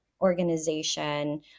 organization